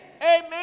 amen